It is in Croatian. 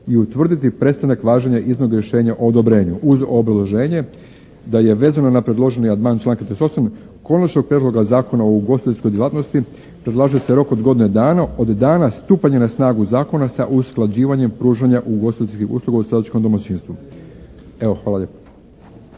i utvrditi prestanak važenja …/Govornik se ne razumije./… rješenja o odobrenju, uz obrazloženje da je vezano na predloženi amandman članka 38. Konačnog prijedloga Zakona o ugostiteljskoj djelatnosti predlaže se rok od godine dana od dana stupanja na snagu zakona sa usklađivanjem pružanja ugostiteljskih usluga u staračkom domaćinstvu. Evo hvala lijepa.